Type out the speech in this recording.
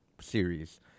series